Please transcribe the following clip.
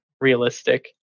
realistic